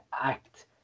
act